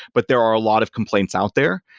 but there are a lot of complaints out there,